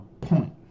point